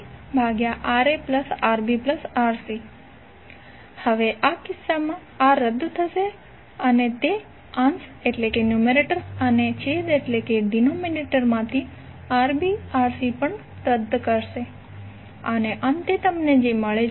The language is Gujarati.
R1RbRcRaRbRc હવે આ કિસ્સામાં આ રદ થશે અને તે અંશ અને છેદ માંથી Rb Rc પણ રદ કરશે અને અંતે તમને જે મળે તે Ra છે